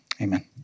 amen